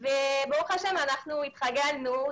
וברוך השם אנחנו התרגלנו.